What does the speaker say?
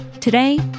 Today